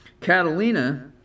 Catalina